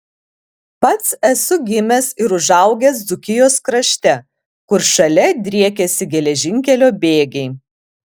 pats esu gimęs ir užaugęs dzūkijos krašte kur šalia driekėsi geležinkelio bėgiai